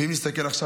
ואם נסתכל עכשיו,